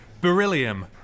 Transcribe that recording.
Beryllium